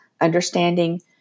understanding